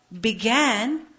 began